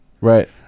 right